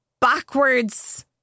backwards